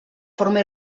forma